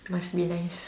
must be nice